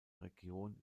region